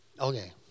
Okay